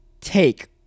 take